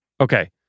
Okay